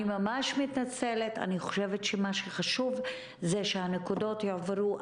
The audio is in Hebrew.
אני חושבת שמה שחשוב זה שהנקודות יועברו.